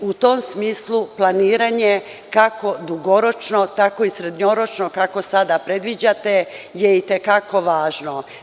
U tom smislu planiranje, kako dugoročno, tako i srednjoročno kako sada predviđate je i te kako važno.